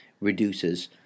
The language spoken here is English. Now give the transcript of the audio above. reduces